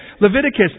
Leviticus